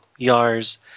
Yars